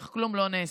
אך כלום לא נעשה.